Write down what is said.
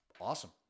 awesome